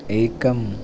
एकम्